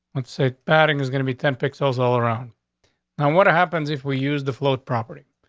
let's say batting is gonna be ten pixels all around on what happens if we use the float property?